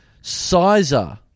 Sizer